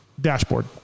Dashboard